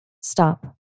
stop